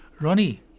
Ronnie